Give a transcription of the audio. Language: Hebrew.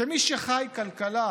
כמי שחי כלכלה